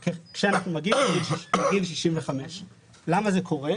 אחוזים כשאנחנו מגיעים לגיל 65. למה זה קורה?